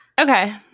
Okay